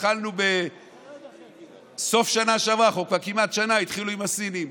התחלנו בסוף השנה שעברה ואנחנו כבר כמעט שנה שהתחילו עם הסינים.